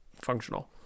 functional